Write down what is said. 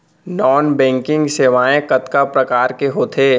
non banking सेवाएं कतका प्रकार के होथे